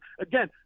Again